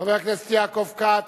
חבר הכנסת יעקב כץ.